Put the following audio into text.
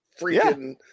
freaking